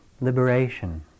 liberation